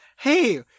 hey